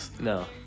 No